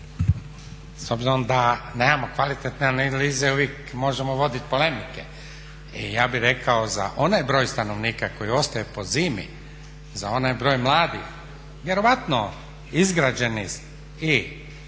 S obzirom da nemamo kvalitetne analize uvijek možemo voditi polemike i ja bih rekao za onaj broj stanovnika koji ostaje po zimi, za onaj broj mladih vjerojatno izgrađeni